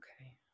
Okay